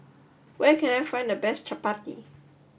where can I find the best Chapati